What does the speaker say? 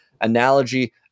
analogy